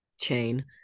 chain